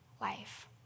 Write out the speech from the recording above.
life